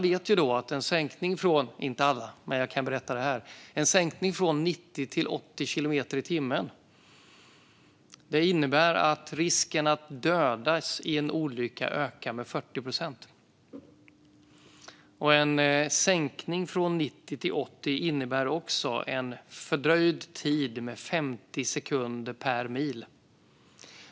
Jag kan berätta att en sänkning från 90 till 80 kilometer i timmen innebär att risken att dödas i en olycka minskar med 40 procent. En sänkning från 90 till 80 innebär också att restiden förlängs med 50 sekunder per mil.